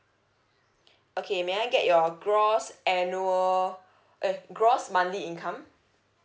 okay may I get your gross annual eh gross monthly income